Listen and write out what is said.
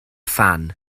phan